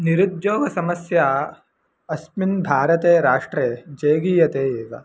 निरुद्योगसमस्या अस्मिन् भारते राष्ट्रे जेगीयते एव